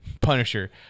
Punisher